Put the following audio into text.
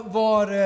var